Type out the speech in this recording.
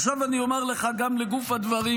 עכשיו אני אומר לך גם לגוף הדברים,